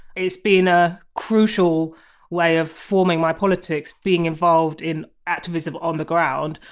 it's been a crucial way of forming my politics being involved in activism on the ground.